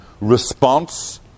response